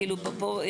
כאילו פה,